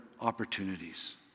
opportunities